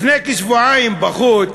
לפני כשבועיים, בחוץ,